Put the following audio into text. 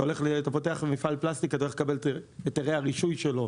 אתה פותח מפעל פלסטיק והולך לקבל את היתרי הרישוי שלו,